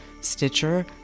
Stitcher